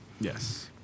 Yes